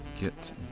get